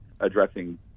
addressing